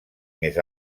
més